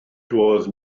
doedd